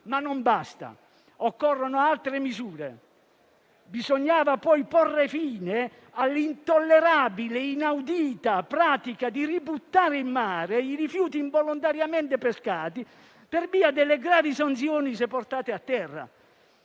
ma non basta: occorrono altre misure. Bisognava poi porre fine all'intollerabile e inaudita pratica di ributtare in mare i rifiuti involontariamente pescati, per via delle gravi sanzioni se portati a terra.